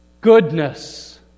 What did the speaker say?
Goodness